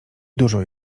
dużo